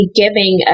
giving